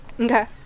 okay